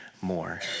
more